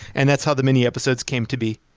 and that's how the mini episodes came to be.